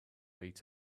beat